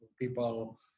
people